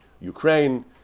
Ukraine